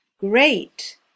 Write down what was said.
Great